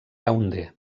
yaoundé